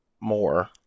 more